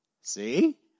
See